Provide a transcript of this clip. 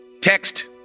text